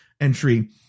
entry